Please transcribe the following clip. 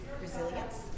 Resilience